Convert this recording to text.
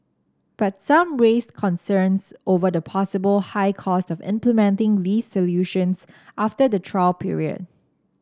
but some raised concerns over the possible high cost of implementing these solutions after the trial period